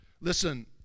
Listen